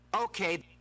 Okay